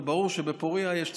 וברור שבפוריה יש צורך,